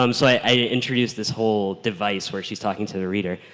um so i introduced this whole device where she's talking to the reader.